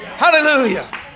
Hallelujah